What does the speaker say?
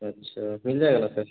अच्छा मिल जाएगा ना सर